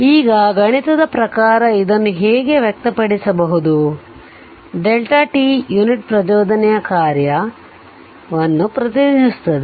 ಈಗ ಗಣಿತದ ಪ್ರಕಾರ ಇದನ್ನು ಹೀಗೆ ವ್ಯಕ್ತಪಡಿಸಬಹುದು t ಯುನಿಟ್ ಪ್ರಚೋದನೆಯ ಕಾರ್ಯವನ್ನು ಪ್ರತಿನಿಧಿಸುತ್ತದೆ